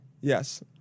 Yes